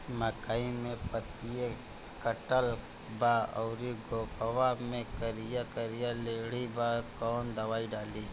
मकई में पतयी कटल बा अउरी गोफवा मैं करिया करिया लेढ़ी बा कवन दवाई डाली?